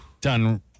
done